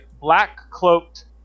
black-cloaked